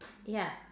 ya